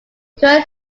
current